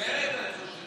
להתקדם